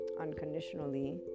unconditionally